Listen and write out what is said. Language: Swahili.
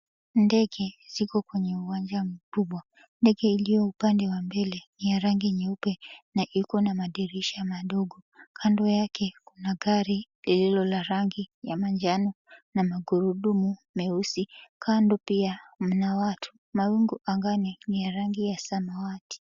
Ndege ziko kwenye uwanja mkubwa. Ndege iliyo upande wa mbele ni ya rangi nyeupe na iko ma madirisha madogo. Kando yake kuna gari lililo la rangi ya manjano na magurudumu meusi. Kando pia mna watu, mawingu angani ni ya rangi ya samawati.